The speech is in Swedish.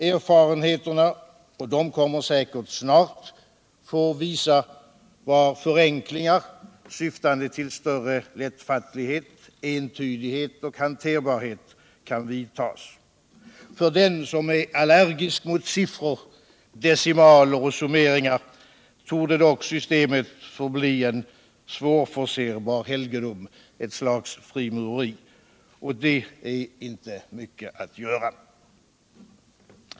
Frfarenheterna — de kommer säkert snart — får visa, var förenklingar syftande ull större lättfattlighet, entydighet och hanterbarhet kan vidtas. För den som är allergisk mot sittror, decimaler och summeringar torde dock systemet förbli en svårforcerbar helgedom, ett stags frimureri. Åt det är inte mycket alt göra.